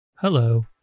Hello